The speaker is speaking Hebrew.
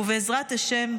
ובעזרת השם,